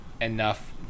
enough